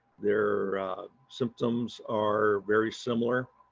their symptoms are very similar.